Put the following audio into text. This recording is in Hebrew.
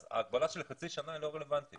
אז ההגבלה של חצי שנה היא פשוט לא רלבנטית